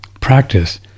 practice